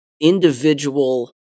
individual